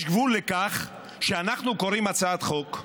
יש גבול לכך שאנחנו קוראים הצעת חוק,